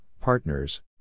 partners